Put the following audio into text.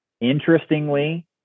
interestingly